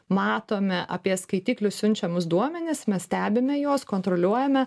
matome apie skaitiklių siunčiamus duomenis mes stebime juos kontroliuojame